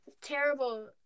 terrible